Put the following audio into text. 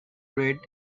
red